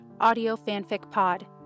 audiofanficpod